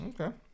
Okay